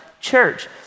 church